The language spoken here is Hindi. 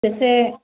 जैसे